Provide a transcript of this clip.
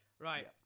Right